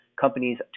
companies